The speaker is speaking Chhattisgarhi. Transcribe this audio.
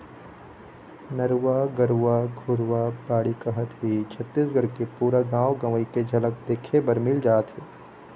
नरूवा, गरूवा, घुरूवा, बाड़ी कहत ही छत्तीसगढ़ के पुरा गाँव गंवई के झलक देखे बर मिल जाथे